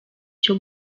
cyo